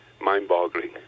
mind-boggling